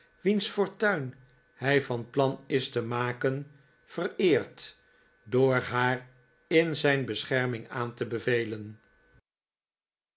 wiens fortuin hij van plan is te maken vereert door haar in zijn bescherming aan te bevelen